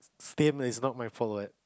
is not my fault what